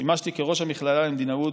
שימשתי כראש המכללה למדינאות,